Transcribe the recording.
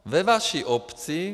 Ve vaší obci